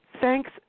Thanks